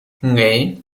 nee